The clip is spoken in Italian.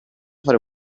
fare